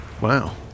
Wow